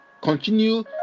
continue